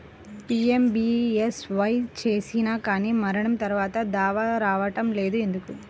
PMBSY చేసినా కానీ మరణం తర్వాత దావా రావటం లేదు ఎందుకు?